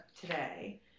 today